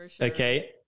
Okay